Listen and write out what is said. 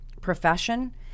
profession